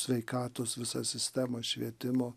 sveikatos visa sistema švietimo